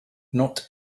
not